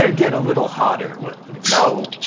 ah get a little hotter you know